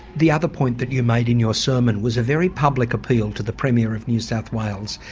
the other point that you made in your sermon was a very public appeal to the premier of new south wales,